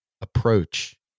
approach